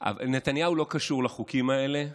נתניהו לא קשור לחוקים האלה.